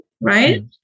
right